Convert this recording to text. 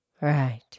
Right